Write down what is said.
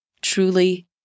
truly